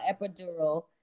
epidural